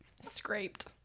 Scraped